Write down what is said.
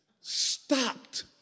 Stopped